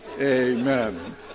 amen